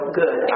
good